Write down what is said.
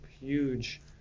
huge